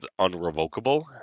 unrevocable